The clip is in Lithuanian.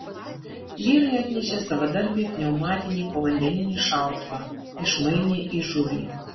vyrai atnešė savadarbį pneumatinį povandeninį šautuvą išmainė į žuvį